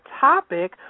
topic